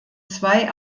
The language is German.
zwei